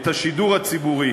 את השידור הציבורי.